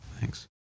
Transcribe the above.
Thanks